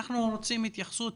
אנחנו רוצים התייחסות